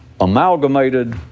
amalgamated